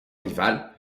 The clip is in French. rival